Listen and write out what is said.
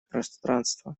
пространство